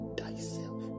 thyself